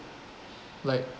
like